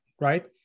right